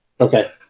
Okay